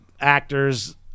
actors